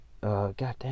goddamn